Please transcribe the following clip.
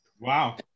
Wow